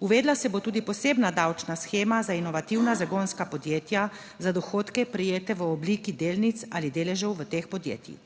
Uvedla se bo tudi posebna davčna shema za inovativna zagonska podjetja za dohodke, prejete v obliki delnic ali deležev v teh podjetjih.